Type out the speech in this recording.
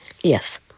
Yes